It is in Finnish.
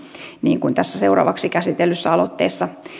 niin kuin tässä seuraavaksi käsitellyssä aloitteessa